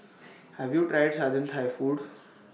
have you tried southern Thai food